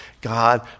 God